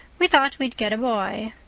we thought we'd get a boy.